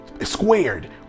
squared